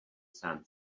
sun